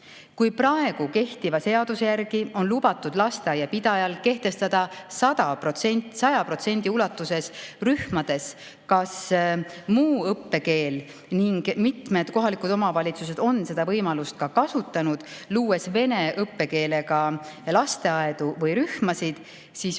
Kui praegu kehtiva seaduse järgi on lubatud lasteaia pidajal kehtestada 100% ulatuses rühmades ka muu õppekeel ning mitmed kohalikud omavalitsused on seda võimalust ka kasutanud, luues vene õppekeelega lasteaedu või rühmasid, siis uue